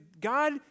God